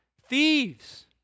thieves